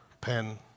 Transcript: pen